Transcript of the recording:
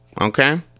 Okay